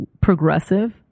progressive